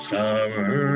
summer